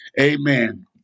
Amen